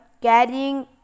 carrying